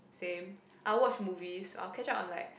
same I watch movies I'll catch up on like